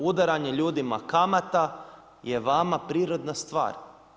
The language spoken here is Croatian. Udaranje ljudima kamata je vama prirodna stvar.